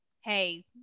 hey